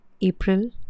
April